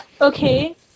Okay